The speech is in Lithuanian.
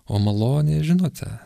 o malonė žinote